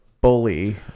bully